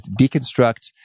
deconstruct